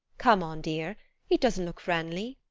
come on, dear it doesn't look friendly.